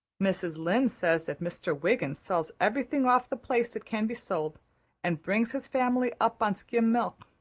mrs. lynde says that mr. wiggins sells everything off the place that can be sold and brings his family up on skim milk.